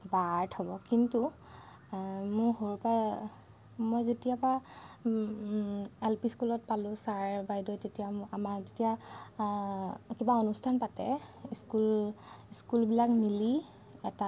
বা আৰ্ট হ'ব কিন্তু মোৰ সৰুৰ পৰা মই যেতিয়াৰ পৰা এল পি স্কুলত পালোঁ ছাৰ বাইদেউ তেতিয়া মোক আমাৰ যেতিয়া কিবা অনুষ্ঠান পাতে স্কুল স্কুলবিলাক মিলি এটা এটা